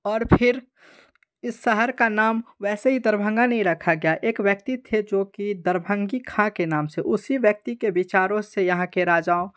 और फिर इस शहर का नाम वैसे ही दरभंगा नहीं रखा गया एक व्यक्ति थे जो कि दरभंगी खाँ के नाम से उसी व्यक्ति के विचारों से यहाँ के राजाओं